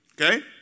Okay